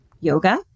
yoga